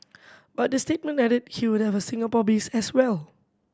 but the statement added he would have a Singapore base as well